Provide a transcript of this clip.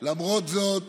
למרות זאת